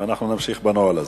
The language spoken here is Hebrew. ואנחנו נמשיך בנוהל הזה.